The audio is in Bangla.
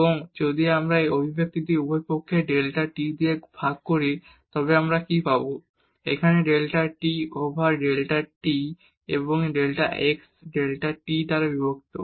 এবং যদি আমরা এই এক্সপ্রেশন উভয় পক্ষকে ডেল্টা t দ্বারা ভাগ করি তবে আমরা কী পাব এখানে delta t over delta t এবং এই ডেল্টা x ডেল্টা t দ্বারা বিভক্ত